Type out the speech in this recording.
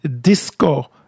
Disco